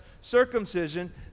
circumcision